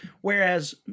whereas